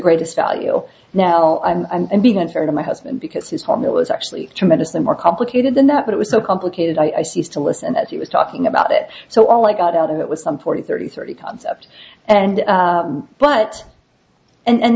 greatest value now i'm being unfair to my husband because his home it was actually tremendously more complicated than that but it was so complicated i ceased to listen as he was talking about it so all i got out of it was some forty thirty thirty concept and but and